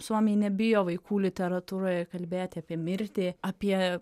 suomiai nebijo vaikų literatūroje kalbėti apie mirtį apie